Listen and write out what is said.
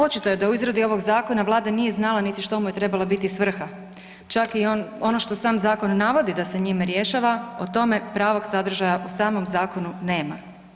Očito je da u izradi ovog zakona Vlada nije znala niti što mu je trebala biti svrha čak i ono što sam zakon navodi da se njime rješava, o tome pravog sadržaja u samom zakonu nema.